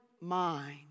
mind